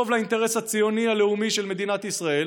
לאינטרס הציוני הלאומי של מדינת ישראל,